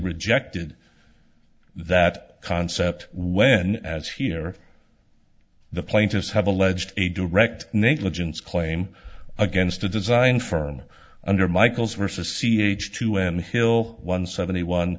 rejected that concept when as here the plaintiffs have alleged a direct negligence claim against a design firm under michael's versus c h two m hill one seventy one